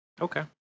Okay